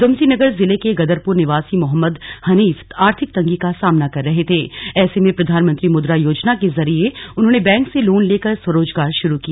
उधमसिंह नगर जिले के गदरपुर निवासी मोहम्मद हनीफ आर्थिक तंगी का सामना कर रहे थे ऐसे में प्रधानमंत्री मुद्रा योजना के जरिए उन्होंने बैंक से लोन लेकर स्वरोजगार शुरू किया